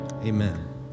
Amen